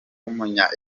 w’umunya